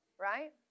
right